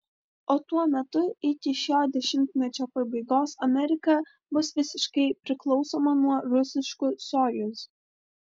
o tuo metu iki šio dešimtmečio pabaigos amerika bus visiškai priklausoma nuo rusiškų sojuz